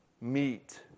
meet